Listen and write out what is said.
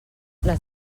les